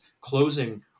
closing